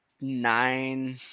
nine